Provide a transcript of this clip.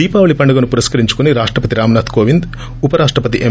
దీపావళి పండుగను పురస్కరించుకోని రాష్టపతి రామ్ నాధ్ కోవింద్ ఉప రాష్టపతి ఎం